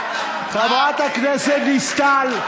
חברת הכנסת דיסטל.